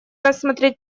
рассмотреть